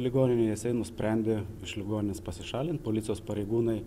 ligoninėj jisai nusprendė iš ligoninės pasišalint policijos pareigūnai